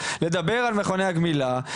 לדבר על מכוני הגמילה,